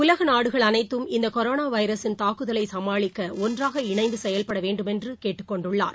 உலக நாடுகள் அனைத்தும் இந்த கொரோனா வைரஸின் தாக்குதலை சமாளிக்க ஒன்றாக இணைந்து செயல்பட வேண்டும் என்று கேட்டுக்கொண்டுள்ளார்